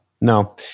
no